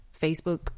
facebook